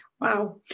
Wow